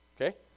Okay